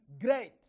great